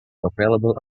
available